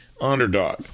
underdog